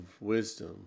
wisdom